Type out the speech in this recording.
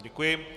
Děkuji.